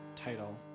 title